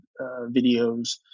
videos